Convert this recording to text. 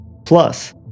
Plus